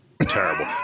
terrible